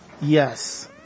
Yes